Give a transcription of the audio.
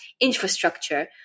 infrastructure